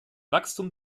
wachstum